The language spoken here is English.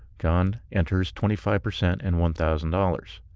john enters twenty five percent and one thousand dollars.